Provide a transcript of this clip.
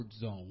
zone